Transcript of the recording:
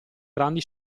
grandi